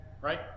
Right